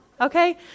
okay